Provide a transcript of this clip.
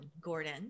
Gordon